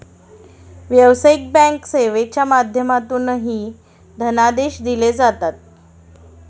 व्यावसायिक बँक सेवेच्या माध्यमातूनही धनादेश दिले जातात